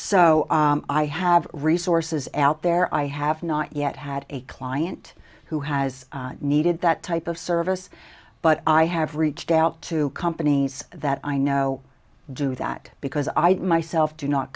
so i have resources out there i have not yet had a client who has needed that type of service but i have reached out to companies that i know do that because i myself do not